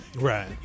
Right